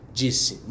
disse